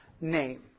name